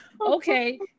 okay